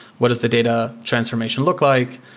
what is the data transformation look like?